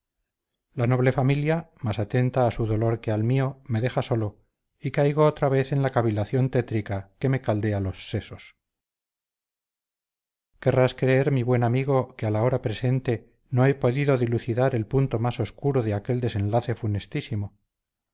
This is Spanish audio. la noble familia más atenta a su dolor que al mío me deja solo y caigo otra vez en la cavilación tétrica que me caldea los sesos querrás creer mi buen amigo que a la hora presente no he podido dilucidar el punto más obscuro de aquel desenlace